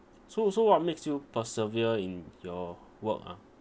so so what makes you persevere in your work ah